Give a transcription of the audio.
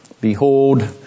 behold